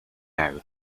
now